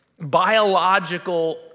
biological